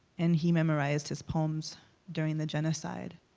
and he memorized his poems during the genocide.